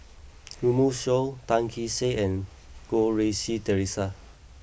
Runme Shaw Tan Kee Sek and Goh Rui Si Theresa